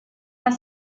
have